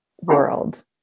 world